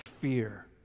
fear